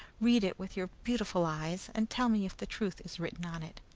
read it with your beautiful eyes, and tell me if the truth is written on it.